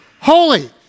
holy